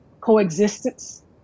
coexistence